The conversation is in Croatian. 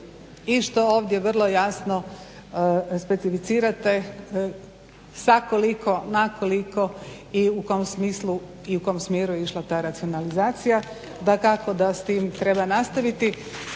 i što ovdje vrlo jasno specificirate sa koliko na koliko i u kom smislu i u kom smjeru je išla ta racionalizacija. Dakako da s tim treba nastaviti.